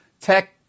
tech